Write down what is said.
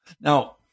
Now